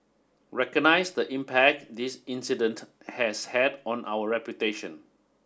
recognise the impact this incident has had on our reputation